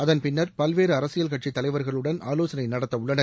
அதன் பின்னர் பல்வேறு அரசியல் கட்சித்தலைவர்களுடன் ஆவோசனை நடத்தவுள்ளனர்